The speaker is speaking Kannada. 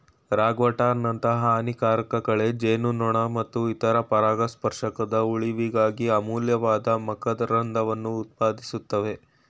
ರಾಗ್ವರ್ಟ್ನಂತಹ ಹಾನಿಕಾರಕ ಕಳೆ ಜೇನುನೊಣ ಮತ್ತು ಇತರ ಪರಾಗಸ್ಪರ್ಶಕದ ಉಳಿವಿಗಾಗಿ ಅಮೂಲ್ಯವಾದ ಮಕರಂದವನ್ನು ಉತ್ಪಾದಿಸ್ತವೆ